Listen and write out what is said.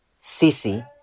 sisi